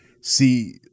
see